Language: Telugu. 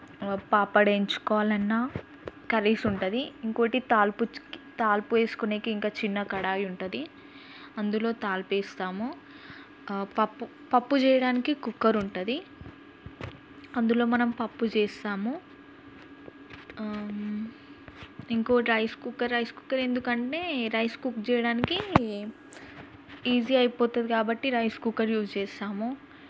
పాపడ్ వేయించుకోవాలన్నా కర్రీస్ ఉంటుంది ఇంకోటి తాళ్ళు పుచికి తాళింపు వేసుకొనే సరికి ఇంకా చిన్న కడాయి ఉంటుంది అందులో తాళింపు వేస్తాము పప్పు పప్పు చేయడానికి కుక్కర్ ఉంటుంది అందులో మనం పప్పు చేస్తాము ఇంకొకటి రైస్ కుక్కర్ రైస్ కుక్కర్ ఎందుకంటే రైస్ కుక్ చేయడానికి ఈజీ అయిపోతుంది కాబట్టి రైస్ కుక్కర్ యూజ్ చేస్తాము